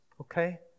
Okay